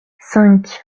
cinq